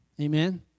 Amen